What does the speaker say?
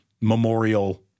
Memorial